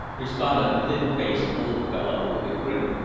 responded the thin-faced old fellow with a grin,